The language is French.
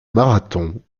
marathon